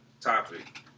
topic